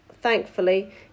Thankfully